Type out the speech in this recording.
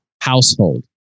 household